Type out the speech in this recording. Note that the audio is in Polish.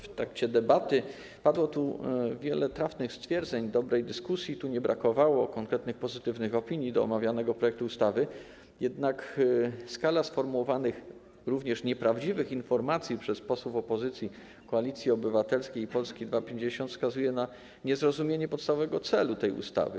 W trakcie debaty padło wiele trafnych stwierdzeń, nie brakowało tu dobrej dyskusji, konkretnych, pozytywnych opinii do omawianego projektu ustawy, jednak skala sformułowanych również nieprawdziwych informacji przez posłów opozycji, Koalicji Obywatelskiej i Polski 2050, wskazuje na niezrozumienie podstawowego celu tej ustawy.